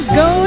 go